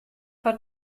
foar